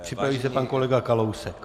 Připraví se pan kolega Kalousek.